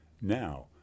Now